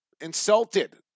Insulted